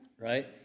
Right